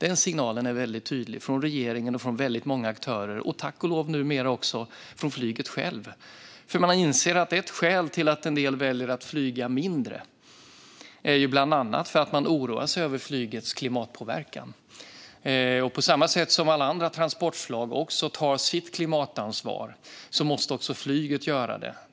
Den signalen är tydlig från regeringen, från väldigt många aktörer och tack och lov numera också från flyget självt. Man har insett att ett skäl till att en del väljer att flyga mindre är att de oroar sig över flygets klimatpåverkan. På samma sätt som alla andra transportslag tar sitt klimatansvar måste också flyget göra det.